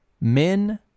men